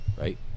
Right